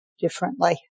differently